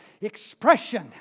expression